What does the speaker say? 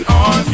on